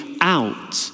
out